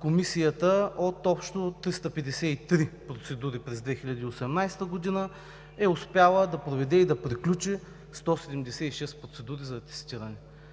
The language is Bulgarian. Комисията от общо 353 процедури през 2018 г. е успяла да проведе и да приключи 176 процедури за атестиране.